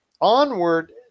onward